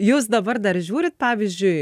jūs dabar dar žiūrit pavyzdžiui